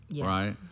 right